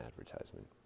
advertisement